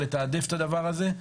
לתעדף את הדבר הזה,